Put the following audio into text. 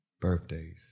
birthdays